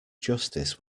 justice